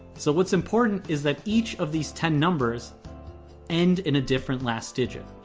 so what's important is that each of these ten numbers end in a different last digit.